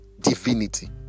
Divinity